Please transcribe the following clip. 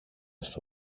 στο